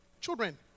children